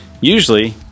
usually